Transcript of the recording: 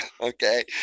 okay